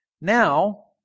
Now